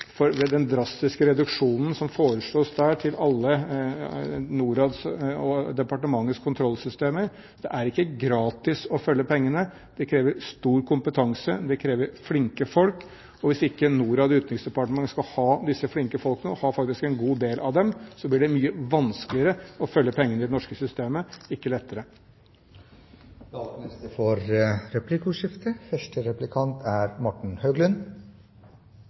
innsats ved å ta opp korrupsjonsproblemene i bistanden. Men deres eget budsjett vil jo gjøre problemet mye større med den drastiske reduksjonen som foreslås der til alle Norads og departementets kontrollsystemer. Det er ikke gratis å følge pengene. Det krever stor kompetanse, og det krever flinke folk. Hvis ikke Norad og Utenriksdepartementet har disse flinke folkene – de har faktisk en god del av dem – blir det mye vanskeligere å følge pengene i det norske systemet, ikke lettere. Det